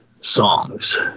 songs